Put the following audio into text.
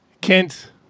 Kent